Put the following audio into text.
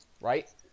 Right